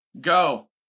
Go